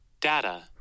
Data